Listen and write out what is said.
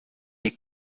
est